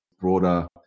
broader